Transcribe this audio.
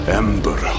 ember